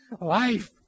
life